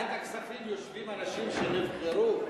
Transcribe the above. גפני, בוועדת הכספים יושבים אנשים שנבחרו.